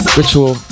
ritual